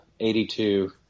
82 –